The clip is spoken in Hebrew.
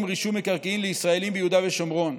רישום מקרקעין לישראלים ביהודה ושומרון.